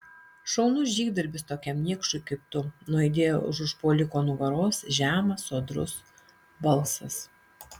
šaunus žygdarbis tokiam niekšui kaip tu nuaidėjo už užpuoliko nugaros žemas sodrus balsas